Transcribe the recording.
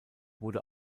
wurde